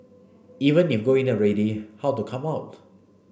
even if go in already how to come out